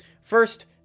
First